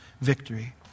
victory